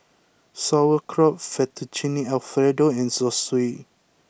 Sauerkraut Fettuccine Alfredo and Zosui